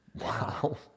Wow